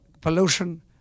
pollution